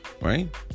right